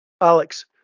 Alex